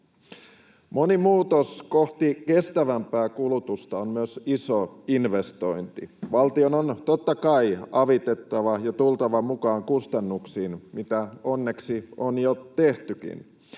Moni muutos kohti kestävämpää kulutusta on myös iso investointi. Valtion on, totta kai, avitettava ja tultava mukaan kustannuksiin, mitä onneksi on jo tehtykin.